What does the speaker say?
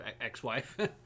Ex-wife